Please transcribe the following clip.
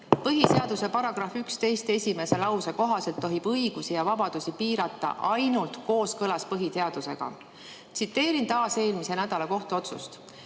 Põhiseaduse § 11 esimese lause kohaselt tohib õigusi ja vabadusi piirata ainult kooskõlas põhiseadusega. Tsiteerin taas eelmise nädala kohtuotsust.